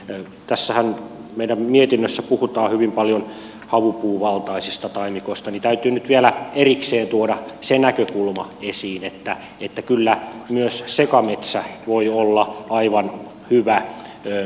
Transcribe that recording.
kun tässä meidän mietinnössähän puhutaan hyvin paljon havupuuvaltaisista taimikoista niin täytyy nyt vielä erikseen tuoda se näkökulma esiin että kyllä myös sekametsä voi olla aivan hyvä talousmetsä